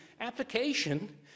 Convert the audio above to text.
application